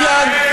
אילן,